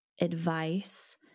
advice